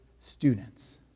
students